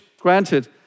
Granted